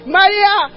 Maria